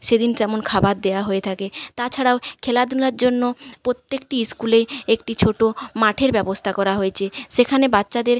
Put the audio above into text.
সেদিন তেমন খাবার দেওয়া হয়ে থাকে তাছাড়াও খেলাধুলার জন্য প্রত্যেকটি স্কুলে একটি ছোটো মাঠের ব্যবস্তা করা হয়েছে সেখানে বাচ্চাদের